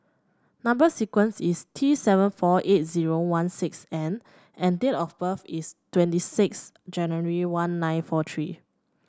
number sequence is T seven four eight zero one six N and date of birth is twenty six January one nine four three